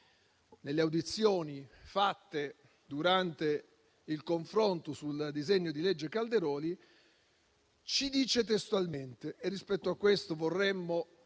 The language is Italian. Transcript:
nelle audizioni svolte durante il confronto sul disegno di legge Calderoli, ci ha detto testualmente (e rispetto a questo vorremmo